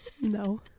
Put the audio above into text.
no